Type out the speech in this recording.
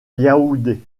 yaoundé